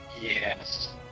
Yes